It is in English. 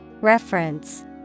Reference